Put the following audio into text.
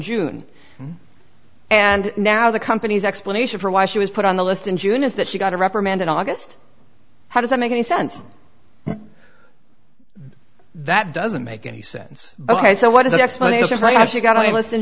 june and now the company's explanation for why she was put on the list in june is that she got a reprimand in august how does that make any sense that doesn't make any sense ok so what is the explanation i actually got to listen